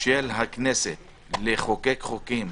של הכנסת לחוקק חוקים,